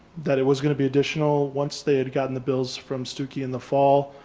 that it was gonna be additional, once they had gotten the bills from stookey in the fall.